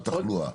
בתחלואה.